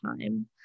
time